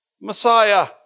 Messiah